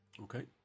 Okay